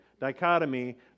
dichotomy